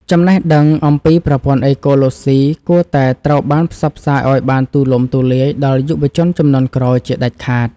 ចំណេះដឹងអំពីប្រព័ន្ធអេកូឡូស៊ីគួរតែត្រូវបានផ្សព្វផ្សាយឱ្យបានទូលំទូលាយដល់យុវជនជំនាន់ក្រោយជាដាច់ខាត។